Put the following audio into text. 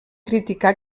criticar